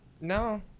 No